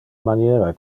maniera